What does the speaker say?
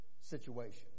situation